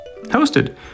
hosted